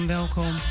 welkom